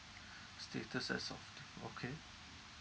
status as of t~ okay